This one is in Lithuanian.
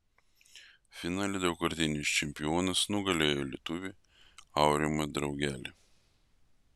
finale daugkartinis čempionas nugalėjo lietuvį aurimą draugelį